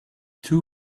two